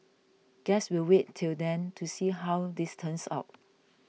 guess we'll wait till then to see how this turns out